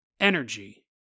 energy